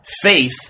Faith